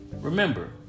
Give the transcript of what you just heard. Remember